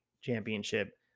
championship